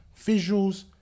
visuals